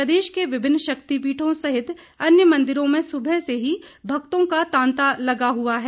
प्रदेश के विभिन्न शक्तिपीठों सहित अन्य मंदिरों में सुबह से ही भक्तों का तांता लगा हुआ है